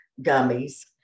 gummies